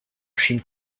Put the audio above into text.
chine